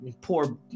poor